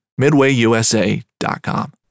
MidwayUSA.com